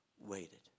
waited